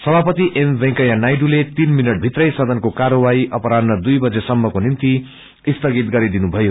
सभापति एम वेकैया नायडूले तीन मिनट भित्रै सदनको कार्यवाही अरान्ह दुई बजे सम्मको निम्ति स्थगित गरिदिनुभयो